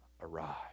arrive